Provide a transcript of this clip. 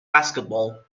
basketball